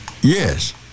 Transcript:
Yes